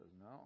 no